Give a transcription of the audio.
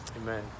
Amen